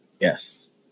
yes